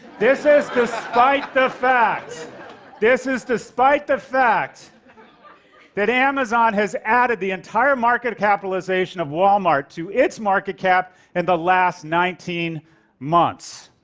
this is despite that fact this is despite the fact that amazon has added the entire market capitalization of walmart to its market cap in the last nineteen months.